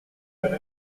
nous